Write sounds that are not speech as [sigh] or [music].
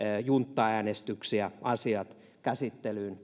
junttaäänestyksiä asiat käsittelyyn [unintelligible]